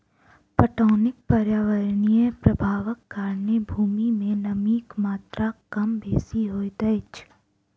पटौनीक पर्यावरणीय प्रभावक कारणेँ भूमि मे नमीक मात्रा कम बेसी होइत अछि